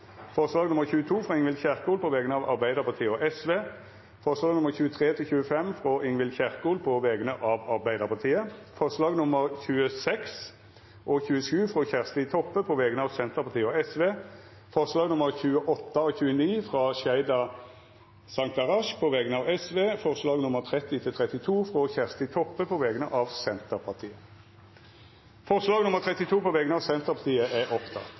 forslag nr. 22, frå Ingvild Kjerkol på vegner av Arbeidarpartiet og Sosialistisk Venstreparti forslaga nr. 23–25, frå Ingvild Kjerkol på vegner av Arbeidarpartiet forslaga nr. 26 og 27, frå Kjersti Toppe på vegner av Senterpartiet og Sosialistisk Venstreparti forslaga nr. 28 og 29, frå Sheida Sangtarash på vegner av Sosialistisk Venstreparti forslaga nr. 30–32, frå Kjersti Toppe på vegner av Senterpartiet Det vert votert over forslag nr. 32,